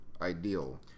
ideal